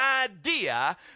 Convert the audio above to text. idea